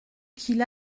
qu’il